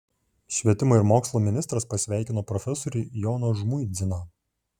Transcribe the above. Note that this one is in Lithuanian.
švietimo ir mokslo ministras pasveikino profesorių joną žmuidziną